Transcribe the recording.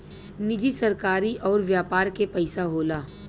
निजी सरकारी अउर व्यापार के पइसा होला